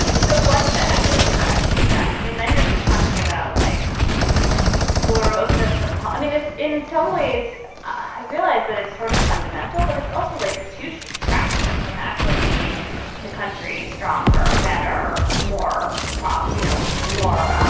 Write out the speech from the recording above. so what's the exit strategy then. i mean then you're just talking about like ah sclerosis. i mean it's in some ways i realize that it's sort of fundamental but it's also like this huge distraction from actually making the country stronger better more problem you know more